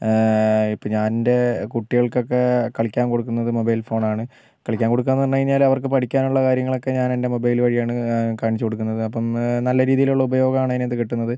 ഇപ്പം ഞാനെൻ്റെ കുട്ടികൾക്കൊക്കെ കളിക്കാൻ കൊടുക്കുന്നത് മൊബൈൽ ഫോണാണ് കളിക്കാൻ കൊടുക്കുക എന്നു പറഞ്ഞു കഴിഞ്ഞാൽ അവർക്ക് പഠിക്കാനുള്ള കാര്യങ്ങളൊക്കെ ഞാനെൻ്റെ മൊബൈല് വഴിയാണ് കാണിച്ച് കൊടുക്കുന്നത് അപ്പം നല്ല രീതിയിലുള്ള ഉപയോഗമാണ് അതിനകത്ത് കിട്ടുന്നത്